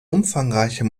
umfangreicher